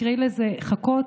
תקראי לזה חכות,